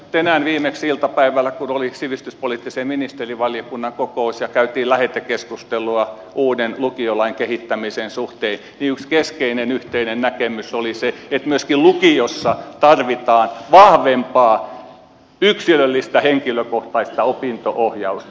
tänään viimeksi iltapäivällä kun oli sivistyspoliittisen ministerivaliokunnan kokous ja käytiin lähetekeskustelua uuden lukiolain kehittämisen suhteen yksi keskeinen yhteinen näkemys oli se että myöskin lukiossa tarvitaan vahvempaa yksilöllistä henkilökohtaista opinto ohjausta